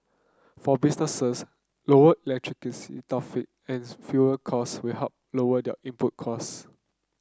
for businesses lower electricity tariff and fuel costs will help lower their input costs